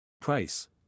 Price